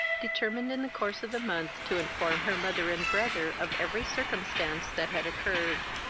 determined in the course of the month to inform her mother and brother of every circumstance that had occurred.